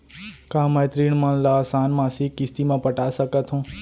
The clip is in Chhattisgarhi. का मैं ऋण मन ल आसान मासिक किस्ती म पटा सकत हो?